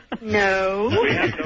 no